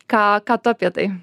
ką ką tu apie tai